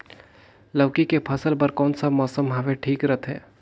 लौकी के फसल बार कोन सा मौसम हवे ठीक रथे?